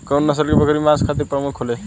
कउन नस्ल के बकरी मांस खातिर प्रमुख होले?